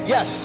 Yes